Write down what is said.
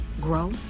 grow